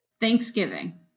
Thanksgiving